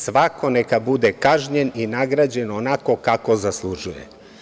Svako neka bude kažnjen i nagrađen onako kako zaslužuje.